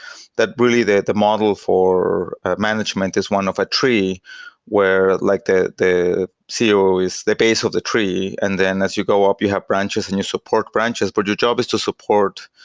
that really the the model for management is one of a tree where like the the ceo is the base of the tree. and then as you go up, you have branches and your support branches, but your job is to support,